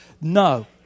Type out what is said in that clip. no